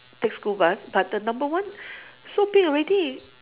take school bus but the number one so big already